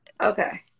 Okay